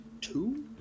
Two